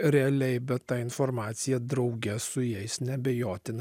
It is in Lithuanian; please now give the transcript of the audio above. realiai bet ta informacija drauge su jais neabejotinai